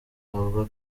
avuga